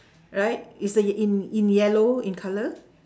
right it's a in in yellow in colour